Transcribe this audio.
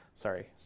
Sorry